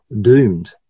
doomed